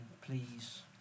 please